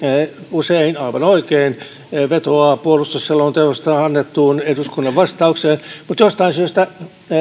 usein aivan oikein vetoaa puolustusselonteosta annettuun eduskunnan vastaukseen mutta jostain syystä